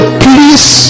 please